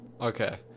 Okay